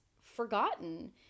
forgotten